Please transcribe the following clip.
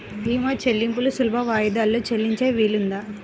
భీమా చెల్లింపులు సులభ వాయిదాలలో చెల్లించే వీలుందా?